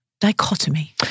dichotomy